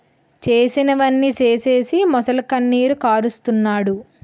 చేసినవన్నీ సేసీసి మొసలికన్నీరు కారస్తన్నాడు